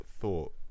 thought